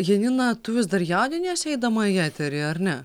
janina tu vis dar jaudiniesi eidama į eterį ar ne